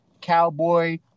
cowboy